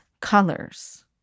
colors